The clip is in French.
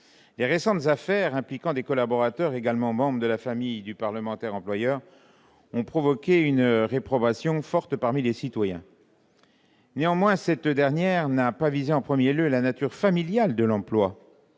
Les récentes affaires impliquant des collaborateurs, également membres de la famille du parlementaire employeur, ont provoqué une forte réprobation parmi les citoyens. Néanmoins, cela a visé en premier lieu non pas la nature familiale de l'emploi,